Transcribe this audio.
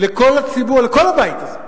לכל הציבור, לכל הבית הזה,